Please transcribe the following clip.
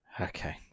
Okay